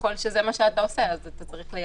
ככל שזה מה שאתה עושה, אתה צריך ליידע.